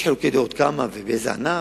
יש חילוקי דעות כמה ובאיזה ענף,